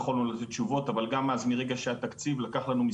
לקח לנו מספר ימים להוציא תשובות לחברות,